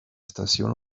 estación